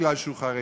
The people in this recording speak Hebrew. בגלל שהוא חרדי?